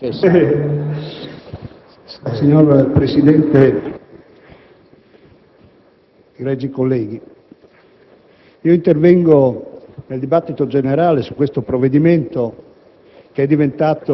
Signor Presidente, egregi colleghi, intervengo nel dibattito generale su questo provvedimento